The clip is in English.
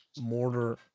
mortar